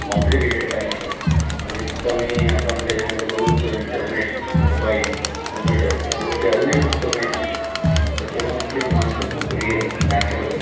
complicated काही नाही आहे कमीत कमी आपण त्याच्यामध्ये बघू शकतो इंटरनेट मोबाईल कंप्युटर ह्या गोष्टी अजूनही खूप कमी आहेत तिथे त्याच्यामुळे तिथले माणसं खूप रिअल आहेत नॅचरल आहेत